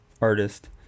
artist